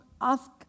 ask